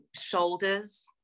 shoulders